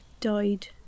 died